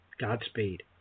Godspeed